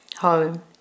home